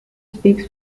speaks